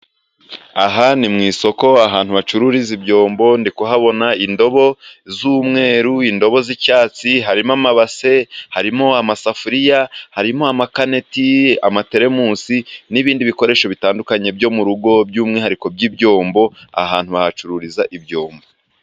Aha ni mu isoko, ahantu hacururiza ibyombo, ndi kuhabona indobo z'umweru, indobo z'icyatsi, harimo amabase, harimo amasafuriya, harimo amakaneti, amateremusi, n'ibindi bikoresho bitandukanye byo mu rugo, by'umwihariko by'ibyombo, ahantu hahacururiza ibyombo.